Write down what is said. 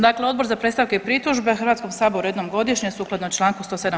Dakle, Odbor za predstavke i pritužbe Hrvatskog sabora jednom godišnje sukladno Članku 107.